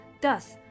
Thus